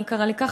לי קרה ככה,